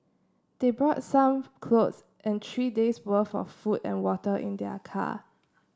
they brought some clothes and three days' worth of food and water in their car